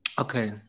Okay